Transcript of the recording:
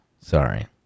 sorry